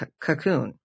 cocoon